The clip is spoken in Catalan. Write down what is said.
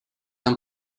amb